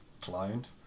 client